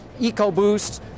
EcoBoost